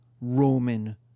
Roman